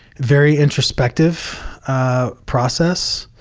very introspective process.